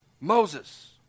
moses